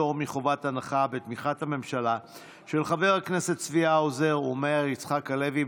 של חברי הכנסת צבי האוזר ומאיר יצחק הלוי.